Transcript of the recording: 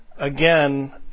again